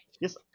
Yes